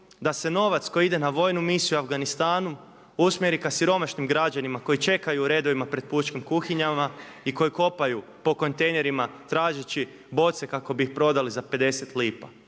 da se novac koji ide na vojnu misiju u Afganistanu usmjeri ka siromašnim građanima koji čekaju u redovima pred pučkim kuhinjama i koji kopaju po kontejnerima tražeći boce kako bi ih prodali za 50 lipa.